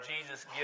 Jesus